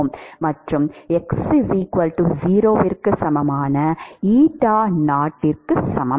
மற்றும் x 0 க்கு சமமான 0 க்கு சமம்